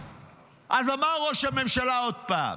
אז אמר ראש הממשלה עוד פעם.